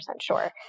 sure